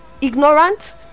ignorant